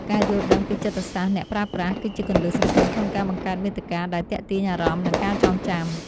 ការយល់ដឹងពីចិត្តសាស្ត្រអ្នកប្រើប្រាស់ គឺជាគន្លឹះសំខាន់ក្នុងការបង្កើតមាតិកាដែលទាក់ទាញអារម្មណ៍ និងការចងចាំ។